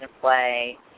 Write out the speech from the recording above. play